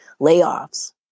layoffs